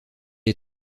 est